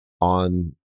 on